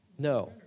No